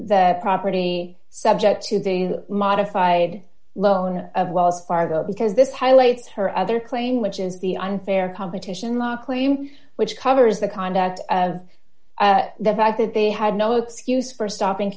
property subject to the modified loan of wells fargo because this highlights her other claim which is the unfair competition law claim which covers the conduct of the fact that they had no excuse for stopping